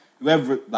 whoever